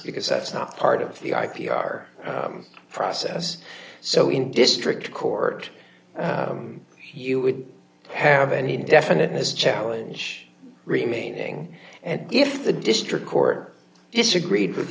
because that's not part of the i p r process so in district court you would have any definiteness challenge remaining and if the district court disagreed with